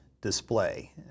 display